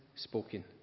Spoken